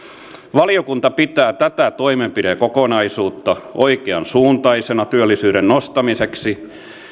valiokunta pitää tätä toimenpidekokonaisuutta oikeansuuntaisena työllisyyden nostamiseksi